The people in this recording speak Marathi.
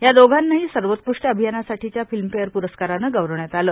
या दोघांनाही सर्वोत्कृष्ट अभिनयासाठीच्या फिल्मफेअर प्रस्काराने गौरवण्यात आले